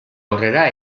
aurrera